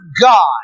God